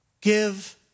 give